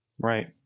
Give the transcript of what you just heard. Right